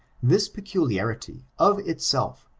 this peculiarity, of itself,